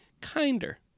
kinder